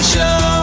Show